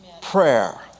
prayer